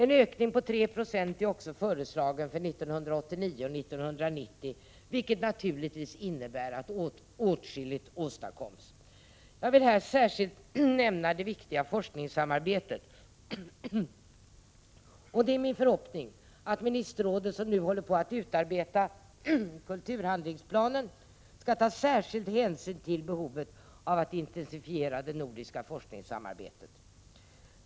En ökning på 3 90 är också föreslagen för 1989 och 1990, vilket naturligtvis innebär att åtskilligt kommer att åstadkommas. Jag vill särskilt nämna det viktiga forskningssamarbetet. Det är min förhoppning att ministerrådet, som nu håller på att utarbeta kulturhandlingsplanen, skall ta särskild hänsyn till behovet av att man intensifierar det nordiska forskningssamarbetet.